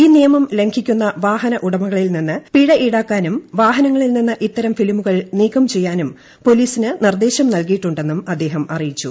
ഈ നിയമം ലംഘിക്കുന്ന വാഹന ഉടമകളിൽ നി ന്ന് പിഴ ഈടാക്കാനും വാഹനങ്ങളിൽ നിന്ന് ഇത്തരം ഫി ലിമുകൾ നീക്കം ചെയ്യാനും പൊലീസിന് നിർദ്ദേശം നൽ കിയിട്ടുണ്ടെന്നും അദ്ദേഹം അറിയിച്ചു